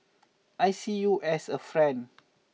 I see you as a friend